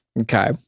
Okay